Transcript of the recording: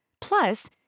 Plus